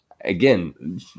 again